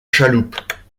chaloupe